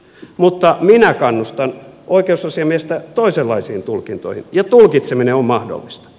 mutta minä kannustan oikeusasiamiestä toisenlaisiin tulkintoihin ja tulkitseminen on mahdollista